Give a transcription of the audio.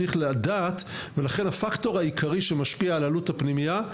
צריך לדעת ולכן הפקטור העיקרי שמשפיע על עלות הפנימייה,